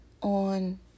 on